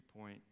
point